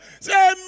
Say